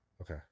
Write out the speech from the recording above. Okay